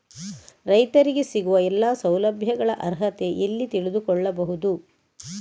ರೈತರಿಗೆ ಸಿಗುವ ಎಲ್ಲಾ ಸೌಲಭ್ಯಗಳ ಅರ್ಹತೆ ಎಲ್ಲಿ ತಿಳಿದುಕೊಳ್ಳಬಹುದು?